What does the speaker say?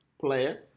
player